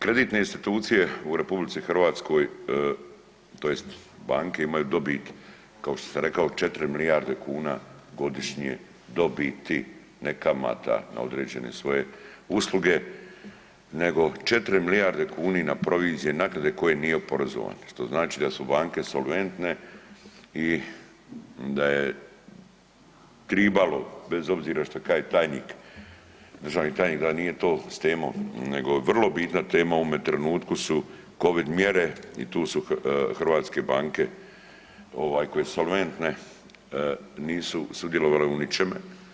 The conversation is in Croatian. Kreditne institucije u RH tj. banke imaju dobit kao što sam rekao četiri milijarde kuna godišnje dobiti, ne kamata na određene svoje usluge, nago četiri milijarde kuna na provizije, naknade koje nije oporezovano, što znači da su banke solventne i da je tribalo bez obzira šta kaže državni tajnik da nije to s temom, nego je vrlo bitna tema u ovome trenutku su covid mjere i tu su hrvatske banke koje su solventne nisu sudjelovale u ničeme.